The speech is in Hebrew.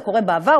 זה קרה בעבר,